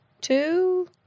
Two